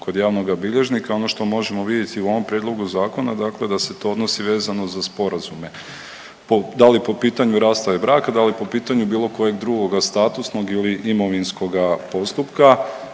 kod javnoga bilježnika. Ono što možemo vidjeti u ovom prijedlogu zakona dakle da se to odnosi vezano za sporazume da li po pitanju rastave braka, da li po pitanju bilo kojeg drugoga statusnog ili imovinskoga postupka.